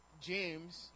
James